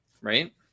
Right